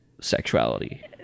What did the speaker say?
sexuality